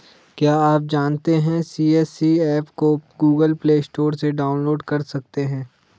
क्या आप जानते है सी.एच.सी एप को गूगल प्ले स्टोर से डाउनलोड कर सकते है?